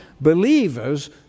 believers